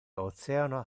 oceano